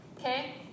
Okay